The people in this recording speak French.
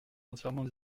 entièrement